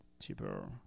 cheaper